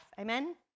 Amen